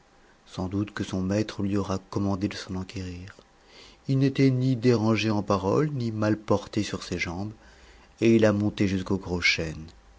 sans doute que son maître lui aura commandé de s'en enquérir il n'était ni dérangé en paroles ni mal porté sur ses jambes et il a monté jusqu'au